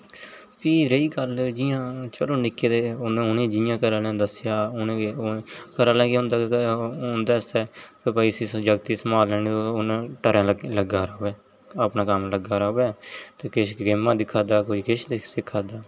फ्ही रेही गल्ल जियां चलो निक्के होंदे उनें जियां घरा आह्ले दस्सेया आ घरा आह्ले केह् होंदा की घरे आह्ले उंदे आस्तै की भाई इस्सी जागते सम्हालने नेईं होआ दा ते इदे ट्रे लग्गे दा रवे आपने कम्म लग्गा रवे ते किश फिल्मां दिक्खा दा कोई किश सिक्खा दा